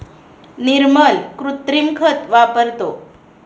निर्मल कृत्रिम खत वापरतो